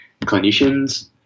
clinicians